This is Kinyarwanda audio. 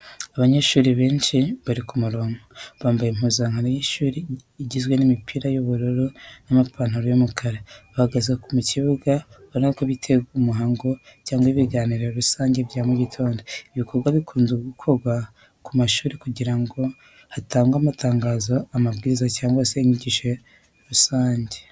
Abanyeshuri benshi bari ku murongo, bambaye impuzankano y’ishuri igizwe n'imipira y'ubururu n'amapantalo y'umukara. Bahagaze mu kibuga, urabona ko biteguye umuhango cyangwa ibiganiro rusange bya mu gitondo. Ibi bikorwa bikunze gukorwa ku mashuri kugira ngo hatangwe amatangazo, amabwiriza cyangwa inyigisho rusange.